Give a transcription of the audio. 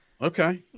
Okay